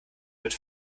mit